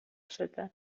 شده